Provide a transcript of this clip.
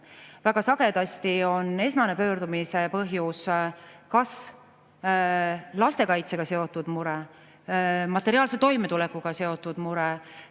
Väga sagedasti on esmase pöördumise põhjus kas lastekaitsega seotud mure, materiaalse toimetulekuga seotud mure